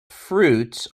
fruits